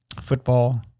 football